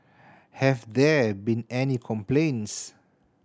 have there been any complaints